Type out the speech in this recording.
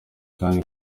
kandi